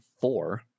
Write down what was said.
four